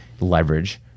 leverage